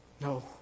No